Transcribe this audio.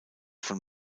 von